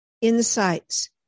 Insights